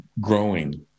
growing